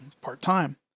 part-time